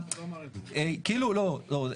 לא,